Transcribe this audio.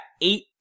eight